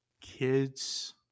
kids